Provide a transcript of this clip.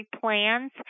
plans